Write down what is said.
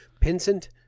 Pinsent